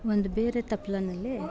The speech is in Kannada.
ಒಂದು ಬೇರೆ ತಪ್ಲೆಯಲ್ಲಿ